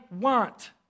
want